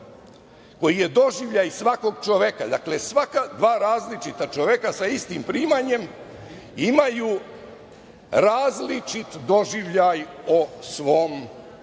koji je doživljaj svakog čoveka. Svaka dva različita čoveka sa istim primanjem imaju različit doživljaj o svom statusu